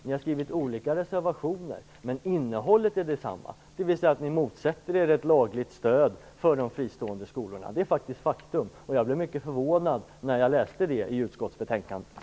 Ni har skrivit olika reservationer, men innehållet i dem är detsamma, dvs. ni motsätter er ett lagligt stöd för de fristående skolorna - det är ett faktum. Jag blev mycket förvånad när jag läste detta i utskottsbetänkandet.